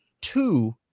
two